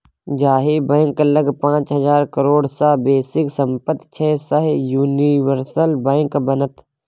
जाहि बैंक लग पाच हजार करोड़ सँ बेसीक सम्पति छै सैह यूनिवर्सल बैंक बनत